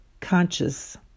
conscious